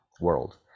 world